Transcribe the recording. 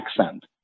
accent